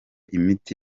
imiti